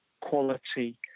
quality